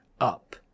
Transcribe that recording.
up